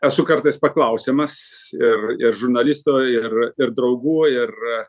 esu kartais paklausiamas ir ir žurnalisto ir ir draugų ir